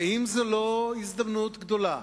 האם זאת לא הזדמנות גדולה